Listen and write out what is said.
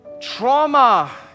trauma